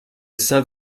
saint